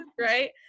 right